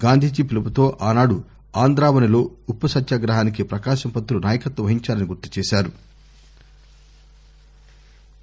గాంధీజీ పిలుపుతో ఆనాడు ఆంధావనిలో ఉప్పు సత్యాగ్రహానికి పకాశం పంతులు నాయకత్వం వహించారని గుర్తుచేశారు